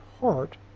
heart